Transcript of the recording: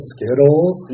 Skittles